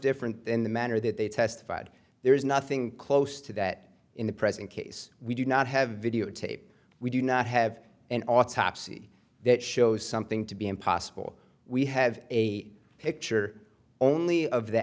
different in the manner that they testified there is nothing close to that in the present case we do not have videotape we do not have an autopsy that shows something to be impossible we have a picture only of the